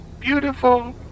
Beautiful